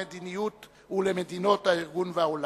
למדיניות ולמדינות הארגון והעולם.